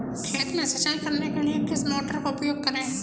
खेत में सिंचाई करने के लिए किस मोटर का उपयोग करें?